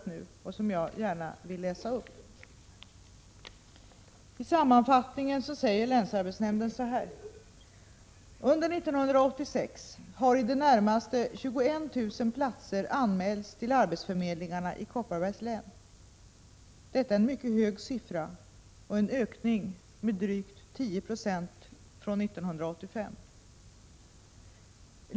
Jag vill därför gärna läsa upp några avsnitt ur redogörelsen. I sammanfattningen säger länsarbetsnämnden så här: Under 1986 har i det närmaste 21 000 platser anmälts till arbetsförmedlingarna i Kopparbergs län. Detta är en mycket hög siffra och en ökning med drygt 10 90 från 1985.